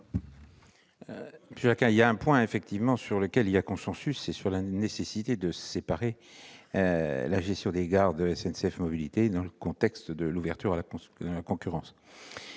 de la commission ? Il y a consensus sur la nécessité de séparer la gestion des gares de SNCF Mobilités dans le contexte de l'ouverture à la concurrence.